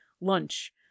lunch